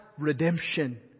redemption